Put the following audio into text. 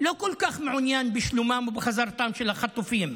לא כל כך מעוניין בשלומם ובחזרתם של החטופים.